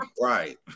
Right